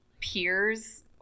peers